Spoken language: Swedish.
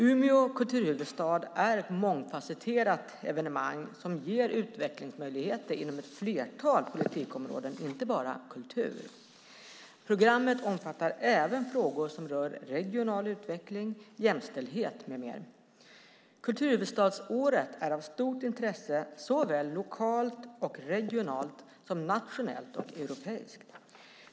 Umeå kulturhuvudstad är ett mångfasetterat evenemang som ger utvecklingsmöjligheter inom ett flertal politikområden, inte bara kultur. Programmet omfattar även frågor som rör regional utveckling, jämställdhet med mera. Kulturhuvudstadsåret är av stort intresse såväl lokalt och regionalt som nationellt och europeiskt.